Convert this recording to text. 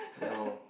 no